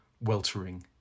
weltering